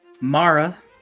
Mara